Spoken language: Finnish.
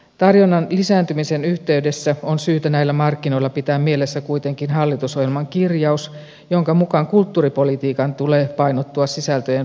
tarjonnan lisääntymisen yhteydessä on syytä näillä markkinoilla pitää mielessä kuitenkin hallitusohjelman kirjaus jonka mukaan kulttuuripolitiikan tulee painottua sisältöjen luomiseen